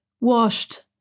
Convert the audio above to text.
washed